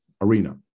arena